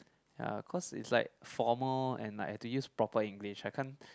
ya cause it's like formal and like have to use proper English I can't